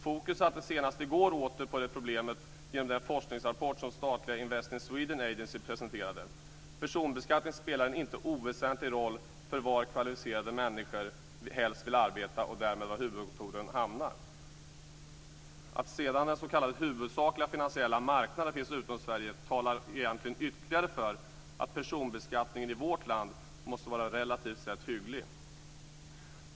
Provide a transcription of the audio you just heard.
Fokus sattes senast i går åter på problemet genom den forskningsrapport som statliga Invest in Sweden Agency presenterade. Personbeskattningen spelar en inte oväsentlig roll för var kvalificerade människor helst vill arbeta och därmed var huvudkontoren hamnar. Att sedan den s.k. huvudsakliga finansiella marknaden finns utom Sverige talar egentligen ytterligare för personbeskattningen i vårt land måste vara relativt sett hygglig.